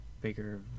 Bigger